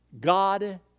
God